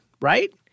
right